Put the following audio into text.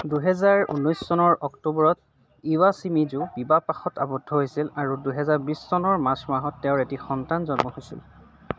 দুহেজাৰ ঊনৈছ চনৰ অক্টোবৰত ইৱাশ্বিমিজু বিবাহপাশত আৱদ্ধ হৈছিল আৰু দুহেজাৰ বিছ চনৰ মাৰ্চ মাহত তেওঁৰ এটি সন্তান জন্ম হৈছিল